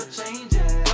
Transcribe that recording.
changes